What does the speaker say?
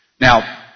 Now